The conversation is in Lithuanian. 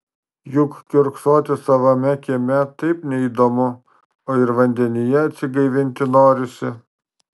juk kiurksoti savame kieme taip neįdomu o ir vandenyje atsigaivinti norisi